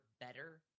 better